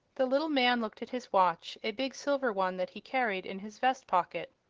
the little man looked at his watch a big silver one that he carried in his vest pocket.